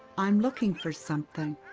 i'm looking for something.